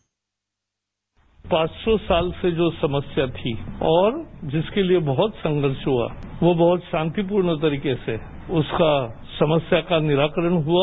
bite पांच सौ साल से जो समस्या थी और जिसके लिए बहुत संघर्ष हुआ वो बहुत शांतिपूर्ण तरीके से उसका समस्या का निराकरण हुआ